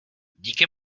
díky